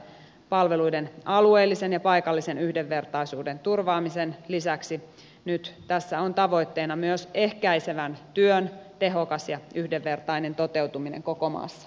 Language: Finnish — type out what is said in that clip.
palveluiden alueellisen ja paikallisen yhdenvertaisuuden turvaamisen lisäksi tässä on tavoitteena nyt myös ehkäisevän työn tehokas ja yhdenvertainen toteutuminen koko maassa